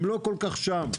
הם לא כל כך שם.